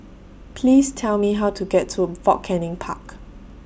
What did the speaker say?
Please Tell Me How to get to Fort Canning Park